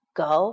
go